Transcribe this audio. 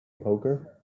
poker